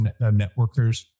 networkers